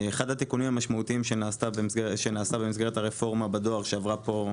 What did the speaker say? אחד התיקונים המשמעותיים שנעשה במסגרת הרפורמה בדואר שעברה כאן